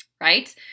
right